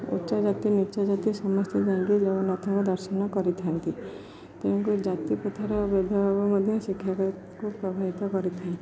ଉଚ୍ଚ ଜାତି ନୀଚ୍ଚ ଜାତି ସମସ୍ତେ ଯାଇକି ଜଗନ୍ନାଥଙ୍କ ଦର୍ଶନ କରିଥାନ୍ତି ତେଣୁ ଜାତିପଥାର ଭେଦଭାବ ମଧ୍ୟ ଶିକ୍ଷାକୁ ପ୍ରଭାବିତ କରିଥାଏ